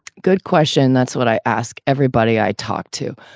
good question. that's what i ask everybody i talked to.